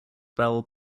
bell